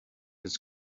his